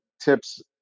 tips